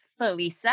Felisa